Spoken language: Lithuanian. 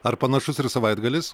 ar panašus ir savaitgalis